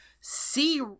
see